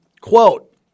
Quote